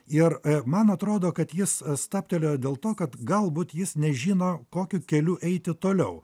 ir man atrodo kad jis stabtelėjo dėl to kad galbūt jis nežino kokiu keliu eiti toliau